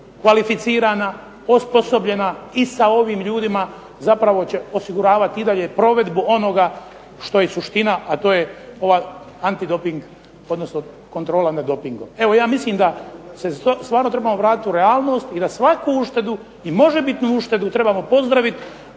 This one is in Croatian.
kvalificirana, osposobljena i sa ovim ljudima zapravo će osiguravati i dalje provedbu onoga što je suština a to je ova antidoping, odnosno kontrola dopingom. Evo ja mislim da se stvarno trebamo vratiti u realnost i da svaku uštedu i možebitnu uštedu trebamo pozdraviti,